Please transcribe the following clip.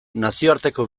nazioarteko